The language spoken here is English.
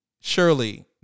surely